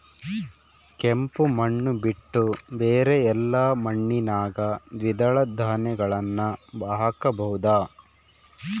ಕೆಂಪು ಮಣ್ಣು ಬಿಟ್ಟು ಬೇರೆ ಎಲ್ಲಾ ಮಣ್ಣಿನಾಗ ದ್ವಿದಳ ಧಾನ್ಯಗಳನ್ನ ಹಾಕಬಹುದಾ?